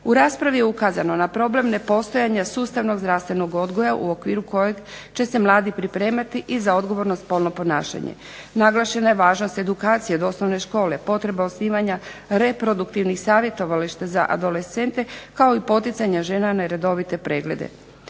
U raspravi je ukazano na problem nepostojanja sustavnog zdravstvenog odgoja u okviru kojeg će se mladi pripremati i za odgovorno spolno ponašanje. Naglašena je važnost edukacije od osnovne škole, potreba osnivanja reproduktivnih savjetovališta za adolescente kao i poticanja žena na redovite preglede.